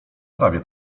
prawie